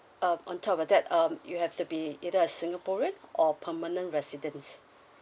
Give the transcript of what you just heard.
um on top of that um you have to be either a singaporean or permanent residents